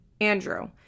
Andrew